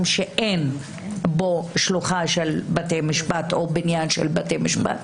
שאין בו שלוחה של בתי משפט או בניין של בתי משפט.